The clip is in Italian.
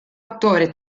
attore